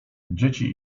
dzieci